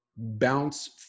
bounce